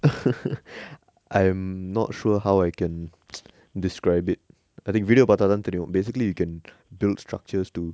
I'm not sure how I can describe it I think video பாத்தாதா தெரியு:paathatha theriyu basically you can build structures to